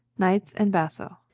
knights, and basso.